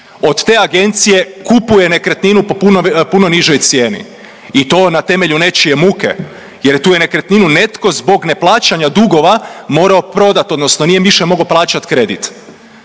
od te agencije kupuje nekretninu po puno nižoj cijeni i to na temelju nečije muke, jer tu je nekretninu netko zbog neplaćanja dugova morao prodati, odnosno nije više mogao plaćati kredit.